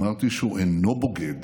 אמרתי שהוא אינו בוגד.